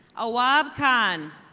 awab kan.